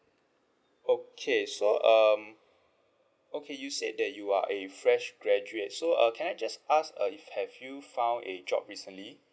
okay so um okay you say that you are a fresh graduate so uh can I just ask uh if have you found a job recently